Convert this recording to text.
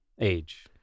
age